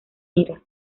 ira